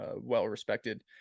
well-respected